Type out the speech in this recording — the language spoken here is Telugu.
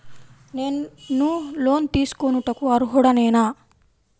నేను లోన్ తీసుకొనుటకు అర్హుడనేన?